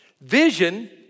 Vision